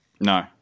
No